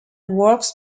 works